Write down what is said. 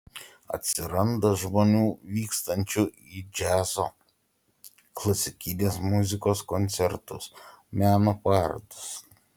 atsiranda žmonių vykstančių į džiazo klasikinės muzikos koncertus meno parodas